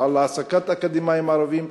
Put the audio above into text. להעסקת אקדמאים ערבים,